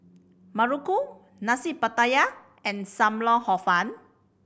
muruku Nasi Pattaya and Sam Lau Hor Fun